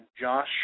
Josh